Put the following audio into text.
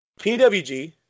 PWG